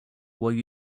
while